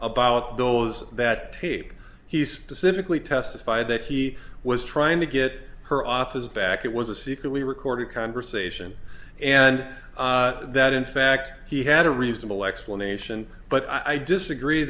about those that tape he specifically testify that he was trying to get her off his back it was a secretly recorded conversation and that in fact he had a reasonable explanation but i disagree